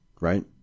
right